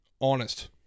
honest